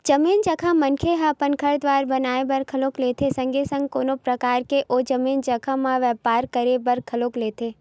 जमीन जघा मनखे ह अपन घर दुवार बनाए बर घलो लेथे संगे संग कोनो परकार के ओ जमीन जघा म बेपार करे बर घलो लेथे